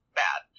bad